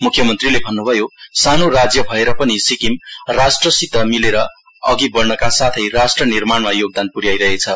मुख्यमन्त्रीले भन्नुभयो सानो राज्य भएर पनि सिक्किम राष्ट्रसित मिलेर अघि बढ़नका साथै राष्ट्र निर्माणमा योगदान पु ्याइरहेछ